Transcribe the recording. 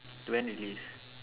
when released